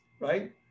right